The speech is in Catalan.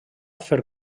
fer